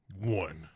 One